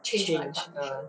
change my partner